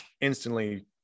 instantly